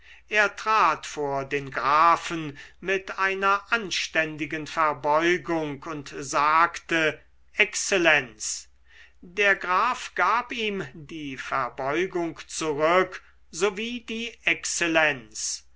er trat vor den grafen mit einer anständigen verbeugung und sagte exzellenz der graf gab ihm die verbeugung zurück so wie die exzellenz